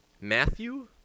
Matthew